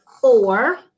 four